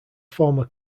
former